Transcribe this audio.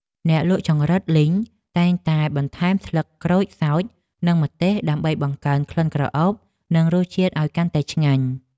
អ្នកលក់ចង្រិតលីងតែងតែបន្ថែមស្លឹកក្រូចសើចនិងម្ទេសដើម្បីបង្កើនក្លិនក្រអូបនិងរសជាតិឱ្យកាន់តែឆ្ងាញ់។